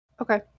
Okay